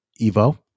Evo